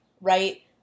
right